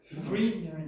Free